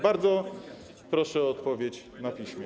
Bardzo proszę o odpowiedź na piśmie.